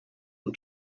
und